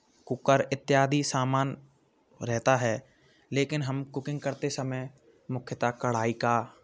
cooker इत्यादि सामान रहता है लेकिन हम कुकिंग करते समय मुख्यतः कड़ाही का